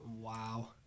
Wow